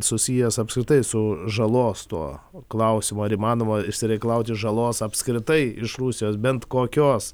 susijęs apskritai su žalos tuo klausimu ar įmanoma išsireikalauti žalos apskritai iš rusijos bent kokios